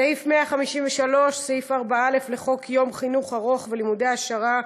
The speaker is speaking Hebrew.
סעיף 153: סעיף 4(א) לחוק יום חינוך ארוך ולימודי העשרה,